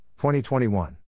2021